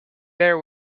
bear